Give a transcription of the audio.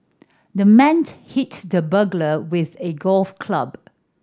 the man hit the burglar with a golf club